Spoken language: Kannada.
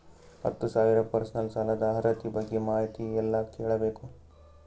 ಹತ್ತು ಸಾವಿರ ಪರ್ಸನಲ್ ಸಾಲದ ಅರ್ಹತಿ ಬಗ್ಗೆ ಮಾಹಿತಿ ಎಲ್ಲ ಕೇಳಬೇಕು?